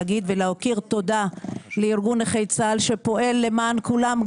ולהכיר תודה לארגון נכי צה"ל שפועל למען כולם,